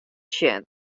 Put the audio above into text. sjen